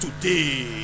today